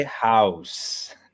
house